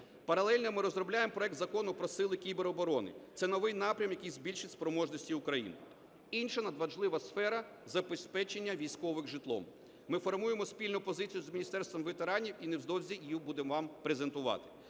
Паралельно ми розробляємо проект Закону про сили кібероборони. Це новий напрям, який збільшить спроможності України. Інша надважлива сфера – забезпечення військових житлом. Ми формуємо спільну позицію з Міністерством ветеранів і невдовзі її будемо вам презентувати.